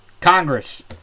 Congress